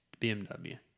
BMW